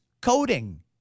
coding